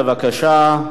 בבקשה.